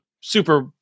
super